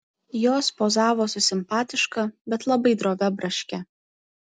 jos pozavo su simpatiška bet labai drovia braške